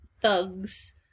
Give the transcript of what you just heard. thugs